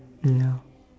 mm ya